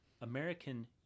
American